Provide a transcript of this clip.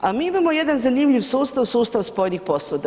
A mi imamo jedan zanimljiv sustav, sustav spojenih posuda.